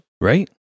Right